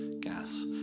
gas